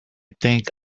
think